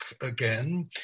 again